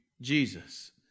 Jesus